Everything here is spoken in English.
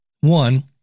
one